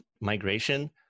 migration